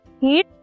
heat